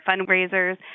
fundraisers